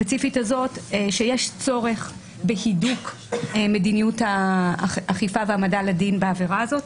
עמדתנו הייתה שיש צורך בהידוק מדיניות האכיפה וההעמדה לדין בעבירה הזאת,